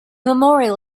memorial